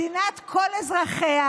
מדינת כל אזרחיה,